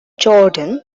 jordan